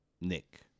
nick